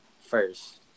first